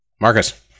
Marcus